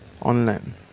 online